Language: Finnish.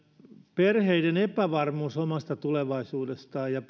perheiden epävarmuus omasta tulevaisuudestaan ja